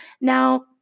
Now